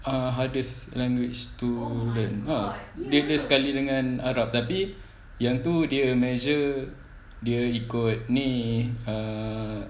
err hardest language to learn lah dia ada sekali dengan arab tapi yang tu dia measure dia ikut ni err